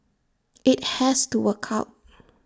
IT has to work out